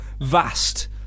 vast